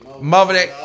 Mother